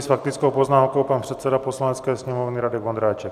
S faktickou poznámkou předseda Poslanecké sněmovny Radek Vondráček.